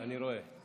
אני רואה.